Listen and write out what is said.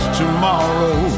tomorrow